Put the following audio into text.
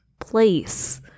place